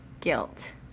guilt